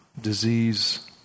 disease